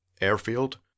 airfield